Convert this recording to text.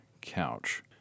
couch